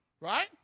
right